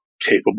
capable